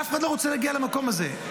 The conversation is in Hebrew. אף אחד לא רוצה להגיע למקום הזה.